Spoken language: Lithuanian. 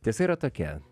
tiesa yra tokia